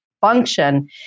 function